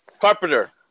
Carpenter